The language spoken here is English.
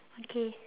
K